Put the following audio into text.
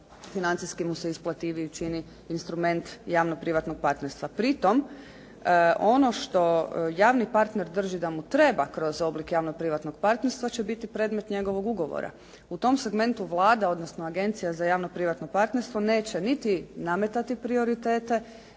financijski mu je isplativiji čini instrument javno-privatnog partnerstva. Pri tom ono što javni partner drži da mu treba kroz oblik javno-privatnog partnerstva će biti predmet njegovog ugovora. U tom segmentu Vlada odnosno Agencija za javno-privatno partnerstvo neće niti nametati prioritete